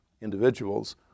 individuals